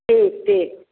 ठीक ठीक